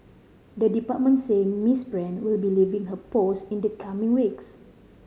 the department said Miss Brand will be leaving her post in the coming weeks